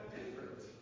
different